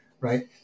right